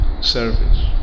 service